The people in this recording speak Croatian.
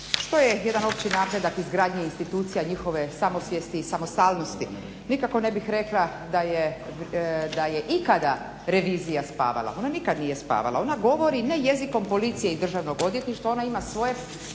što je jedan opći napredak izgradnje institucija njihove samosvijesti i samostalnosti. Nikako ne bih rekla da je ikada revizija spavala, ona nikad nije spavala, ona govori ne jezikom policije i Državnog odvjetništva, ona ima svoje